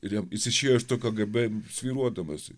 ir jam jis išėjo iš tokio kgb svyruodamas